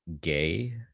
gay